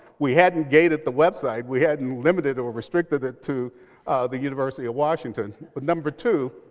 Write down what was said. we hadn't gated the website. we hadn't limited or restricted it to the university of washington. but number two,